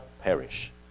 perish